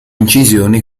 incisioni